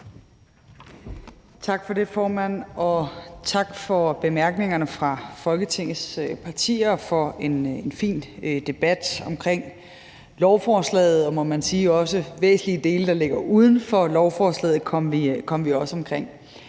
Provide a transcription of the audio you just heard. Tak for det, formand, og tak for bemærkningerne fra Folketingets partier og for en fin debat omkring lovforslaget, og man må sige, at vi også kom omkring væsentlige dele, der ligger uden for lovforslaget. Det fik mig